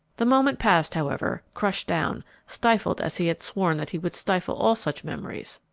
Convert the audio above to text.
the moment passed, however, crushed down, stifled as he had sworn that he would stifle all such memories.